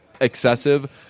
excessive